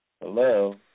Hello